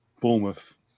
Bournemouth